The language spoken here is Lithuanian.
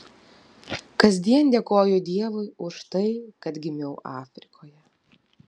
kasdien dėkoju dievui už tai kad gimiau afrikoje